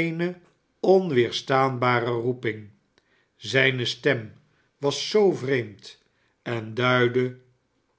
eene onweerstaanbare roeping zijne stem was zoo vreemd en duidde